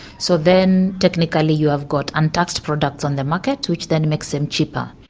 so then technically you have got untaxed products on the market which then makes them cheaper.